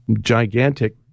gigantic